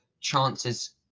chances